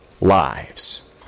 lives